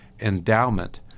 endowment